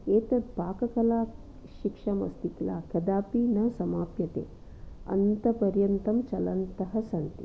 एतत् पाककलाशिक्षमस्ति कल कदापि न समाप्यते अन्तपर्यन्तं चलन्तः सन्ति